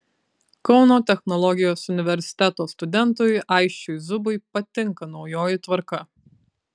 kauno technologijos universiteto studentui aisčiui zubui patinka naujoji tvarka